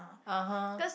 (uh huh)